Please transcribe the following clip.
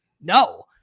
No